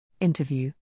Interview